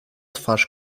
twarz